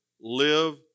live